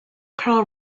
carl